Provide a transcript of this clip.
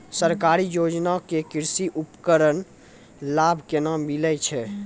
सरकारी योजना के कृषि उपकरण लाभ केना मिलै छै?